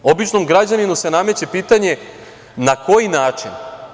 Običnom građaninu se nameće pitanje na koji način?